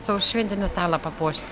savo šventinį stalą papuošt